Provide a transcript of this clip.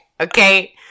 Okay